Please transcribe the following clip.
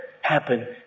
happen